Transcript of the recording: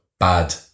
Bad